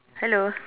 hello